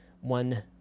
one